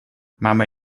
mamy